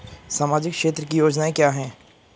सामाजिक क्षेत्र की योजनाएं क्या हैं?